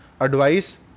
advice